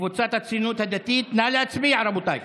קבוצת סיעת הציונות הדתית, נא להצביע, רבותיי.